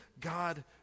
God